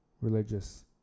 religious